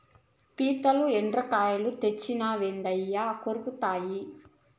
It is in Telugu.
పీతలు, ఎండ్రకాయలు తెచ్చినావేంది అయ్యి కొరుకుతాయి